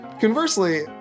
Conversely